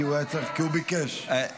כי הוא ביקש.